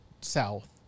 South